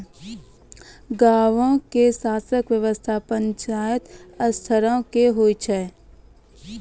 गांवो के शासन व्यवस्था पंचायत स्तरो के होय छै